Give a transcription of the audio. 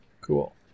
Cool